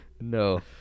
No